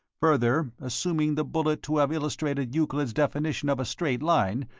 further assuming the bullet to have illustrated euclid's definition of a straight line,